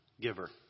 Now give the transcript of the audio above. giver